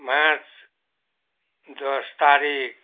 March दस तारिक